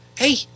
Hey